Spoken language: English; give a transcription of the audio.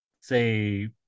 say